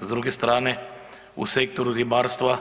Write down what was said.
S druge strane, u sektoru ribarstva